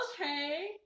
okay